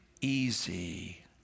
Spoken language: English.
easy